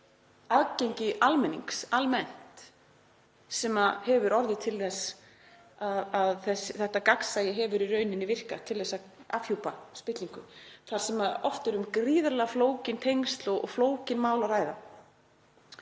það sé aðgengi almennings almennt sem hafi orðið til þess að þetta gagnsæi hefur í rauninni virkað til að afhjúpa spillingu, þar sem oft er um gríðarlega flókin tengsl og flókin mál að ræða.